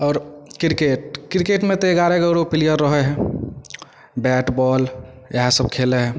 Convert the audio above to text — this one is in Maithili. आओर क्रिकेट क्रिकेटमे तऽ एगारह एगारहगो प्लियर रहै हइ बैट बाॅल इएह सब खेलै हइ